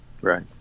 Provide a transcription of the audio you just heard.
Right